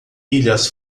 ilhas